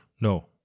No